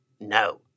No